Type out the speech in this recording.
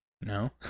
No